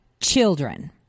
children